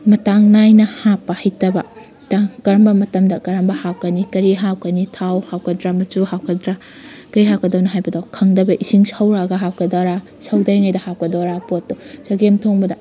ꯃꯇꯥꯡ ꯅꯥꯏꯅ ꯍꯥꯞꯄ ꯍꯩꯇꯕ ꯀꯔꯝꯕ ꯃꯇꯝꯗ ꯀꯔꯝꯕ ꯍꯥꯞꯀꯅꯤ ꯀꯔꯤ ꯍꯥꯞꯀꯅꯤ ꯊꯥꯎ ꯍꯥꯞꯀꯗ꯭ꯔꯥ ꯃꯆꯨ ꯍꯥꯞꯀꯗ꯭ꯔꯥ ꯀꯔꯤ ꯍꯥꯞꯀꯗꯕꯅꯣ ꯍꯥꯏꯕꯗꯣ ꯈꯪꯗꯕꯩ ꯏꯁꯤꯡ ꯁꯧꯔꯛꯑꯒ ꯍꯥꯞꯀꯗꯧꯔꯥ ꯁꯧꯗ꯭ꯔꯤꯉꯩꯗ ꯍꯥꯞꯀꯗꯧꯔꯥ ꯄꯣꯠꯇꯣ ꯆꯒꯦꯝ ꯊꯣꯡꯕꯗ